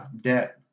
debt